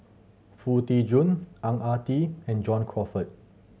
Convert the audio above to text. Foo Tee Jun Ang Ah Tee and John Crawfurd